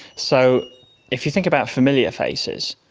so if you think about familiar faces,